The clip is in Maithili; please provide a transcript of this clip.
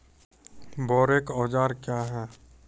बोरेक औजार क्या हैं?